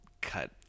cut